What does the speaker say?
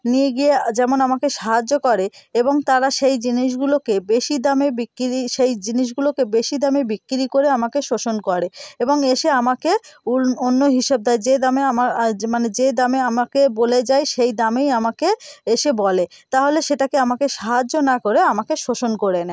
নিয়ে গিয়ে যেমন আমাকে সাহায্য করে এবং তারা সেই জিনিসগুলোকে বেশি দামে বিক্রি সেই জিনিসগুলোকে বেশি দামে বিক্রি করে আমাকে শোষণ করে এবং এসে আমাকে অন্য হিসেব দেয় যে দামে আমার আর যে মানে যে দামে আমাকে বলে যায় সেই দামেই আমাকে এসে বলে তাহলে সেটাকে আমাকে সাহায্য না করে আমাকে শোষণ করে নেয়